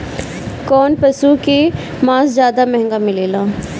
कौन पशु के मांस ज्यादा महंगा मिलेला?